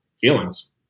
feelings